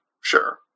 sure